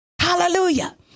Hallelujah